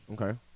Okay